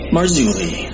Marzulli